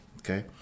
okay